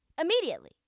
Immediately